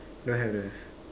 don't have don't have